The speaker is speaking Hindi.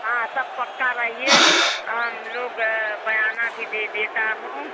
हाँ सब पक्का रहिए हम लोग बयाना भी दे देते हैं